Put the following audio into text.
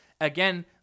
Again